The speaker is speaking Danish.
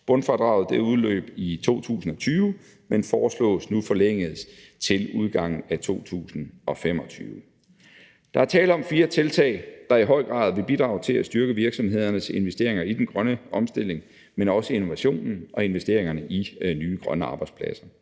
Bundfradraget udløb i 2020, men foreslås nu forlænget til udgangen af 2025. Der er tale om fire tiltag, der i høj grad vil bidrage til at styrke virksomhedernes investeringer i den grønne omstilling, men også i innovationen og investeringerne i nye grønne arbejdspladser.